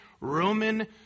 Roman